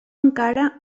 encara